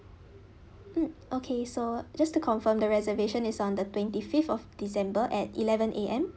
mm okay so just to confirm the reservation is on the twenty fifth of december at eleven A_M